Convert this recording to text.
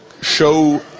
show